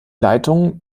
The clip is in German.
leitungen